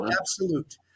absolute